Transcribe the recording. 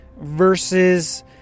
versus